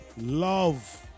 Love